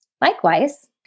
Likewise